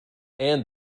and